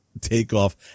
takeoff